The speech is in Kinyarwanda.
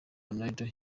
ronaldo